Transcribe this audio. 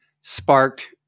sparked